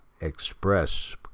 Express